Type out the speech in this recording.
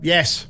Yes